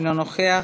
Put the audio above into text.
אינו נוכח.